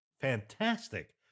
fantastic